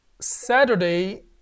Saturday